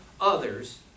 others